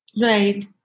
right